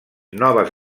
noves